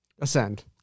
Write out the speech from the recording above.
Ascend